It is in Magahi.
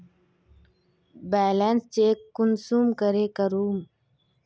बैलेंस चेक कुंसम करे करूम?